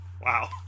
Wow